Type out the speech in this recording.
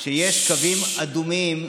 שיש קווים אדומים,